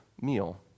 meal